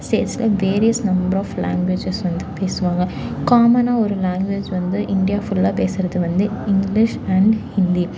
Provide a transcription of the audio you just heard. various number of languages வந்து பேசுவாங்க காமனாக ஒரு லேங்வேஜ் வந்து இண்டியா ஃபுல்லாக பேசுறது வந்து இங்கிலிஷ் அண்ட் ஹிந்தி